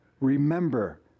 remember